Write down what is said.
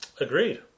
Agreed